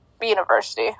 university